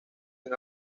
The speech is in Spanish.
han